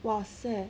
!wahseh!